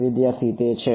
વિદ્યાર્થી તે છે